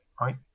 right